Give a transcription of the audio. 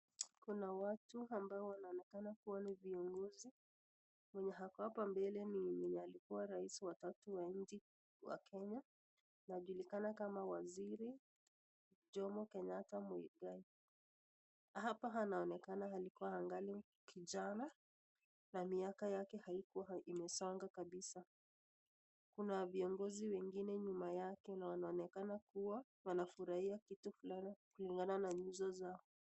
Kuna watu ambao wanaonekana kuwa ni viongozi, mwenye ako hapa mbele ni mwenye alikuwa rais wa tatu wa nji wa Kenya anajulikana kama waziri Jomo Kenyatta Muigai. Hapa anaoenakana kuwa alikuwa angali kijana na miaka yake haikuwa imesonga kabisa kuna viongozi wengine nyuma yake na wanaonekana kuwa wanafurahia vitu fulani kulingana na nyuso zao.